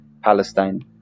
Palestine